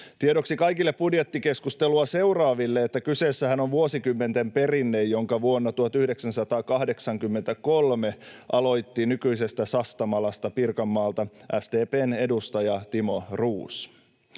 Tiedoksi kaikille budjettikeskustelua seuraaville, että kyseessähän on vuosikymmenten perinne, jonka vuonna 1983 aloitti nykyisestä Sastamalasta Pirkanmaalta oleva SDP:n edustaja Timo Roos.